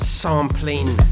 sampling